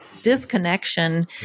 Disconnection